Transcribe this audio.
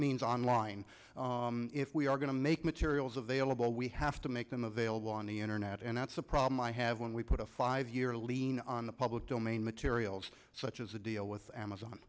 means online if we are going to make materials available we have to make them available on the internet and that's a problem i have when we put a five year lean on the public domain materials such as a deal with amazon